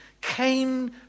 came